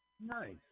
Nice